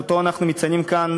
שאותו אנחנו מציינים כאן,